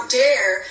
dare